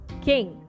king